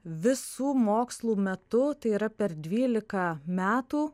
visų mokslų metu tai yra per dvylika metų